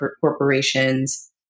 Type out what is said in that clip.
corporations